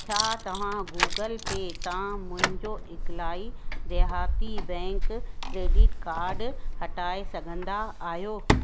छा तव्हां गूगल पे तां मुंहिंजो इकलाई देहाती बैंक क्रेडिट कार्ड हटाए सघंदा आहियो